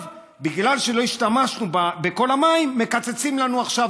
בגלל שלא השתמשנו בכל המים, מקצצים לנו עכשיו.